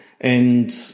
and-